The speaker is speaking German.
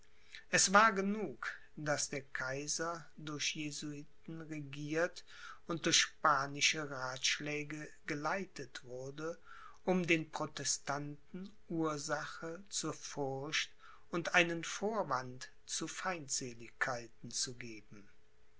es war genug daß der kaiser durch jesuiten regiert und durch spanische ratschläge geleitet wurde um den protestanten ursache zur furcht und einen vorwand zu feindseligkeiten zu geben